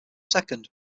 second